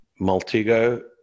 Multigo